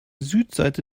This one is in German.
südseite